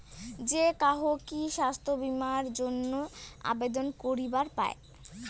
যে কাহো কি স্বাস্থ্য বীমা এর জইন্যে আবেদন করিবার পায়?